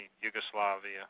Yugoslavia